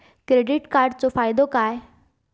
Credit कार्डाचो फायदो काय?